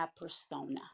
persona